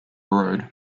road